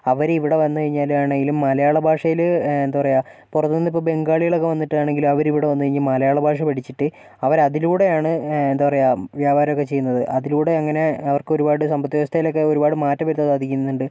അവര് ഇവിടെ വന്നു കഴിഞ്ഞാലാണെങ്കിലും മലയാള ഭാഷയില് എന്താ പറയുക പുറത്തു നിന്ന് ഇപ്പോൾ ബംഗാളികളൊക്കെ വന്നിട്ടാണെങ്കിലും അവര് ഇവിടെ വന്ന് കഴിഞ്ഞ് മലയാള ഭാഷ പഠിച്ചിട്ടേ അവരതിലൂടെയാണ് എന്താ പറയുക വ്യാപാരം ഒക്കെ ചെയ്യുന്നത് അതിലൂടെ അങ്ങനെ അവർക്ക് ഒരുപാട് സമ്പത്ത് വ്യവസ്ഥയിലൊക്കെ ഒരുപാട് മാറ്റം വരുത്താൻ സാധിക്കുന്നുണ്ട്